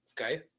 Okay